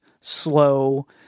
slow